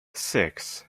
six